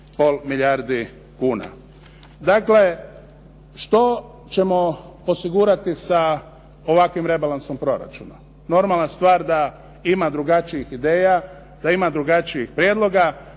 5,5 milijardi kuna. Dakle, što ćemo osigurati sa ovakvim rebalansom proračuna. Normalna stvar da ima drugačijih ideja, da ima drugačijih prijedloga.